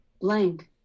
blank